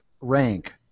rank